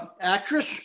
actress